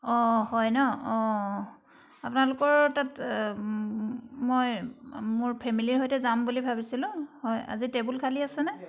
অঁ হয় ন অঁ আপোনালোকৰ তাত মই মোৰ ফেমেলিৰ সৈতে যাম বুলি ভাবিছিলোঁ হয় আজি টেবুল খালী আছেনে